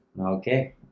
Okay